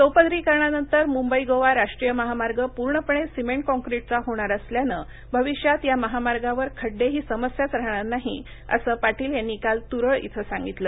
चौपदरीकरणानंतर मुंबई गोवा राष्ट्रीय महामार्ग पूर्णपणे सिमेंट काँक्रीटचा होणार असल्यानं भविष्यात या महामार्गवर खड्डे ही समस्याच राहणार नाही असं पाटील यांनी काल तुरळ ॐ सांगितलं